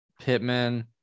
Pittman